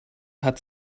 hat